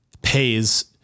pays